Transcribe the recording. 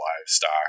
livestock